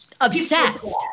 Obsessed